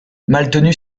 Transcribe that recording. maltenu